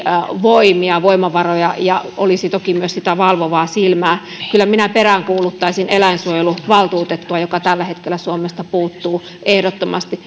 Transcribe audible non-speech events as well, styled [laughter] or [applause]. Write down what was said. voimia voimavaroja ja olisi toki myös sitä valvovaa silmää kyllä minä peräänkuuluttaisin eläinsuojeluvaltuutettua joka tällä hetkellä suomesta puuttuu ehdottomasti [unintelligible]